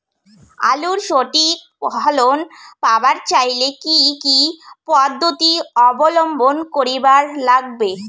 আলুর সঠিক ফলন পাবার চাইলে কি কি পদ্ধতি অবলম্বন করিবার লাগবে?